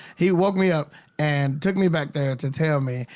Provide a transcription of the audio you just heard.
he woke me up and took me back there to tell me,